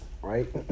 right